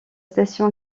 station